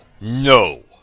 No